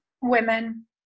women